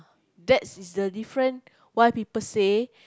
that is the difference why people say